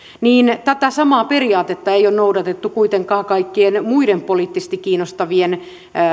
niin tätä samaa periaatetta ei ole noudatettu kuitenkaan kaikkien muiden poliittisesti kiinnostavien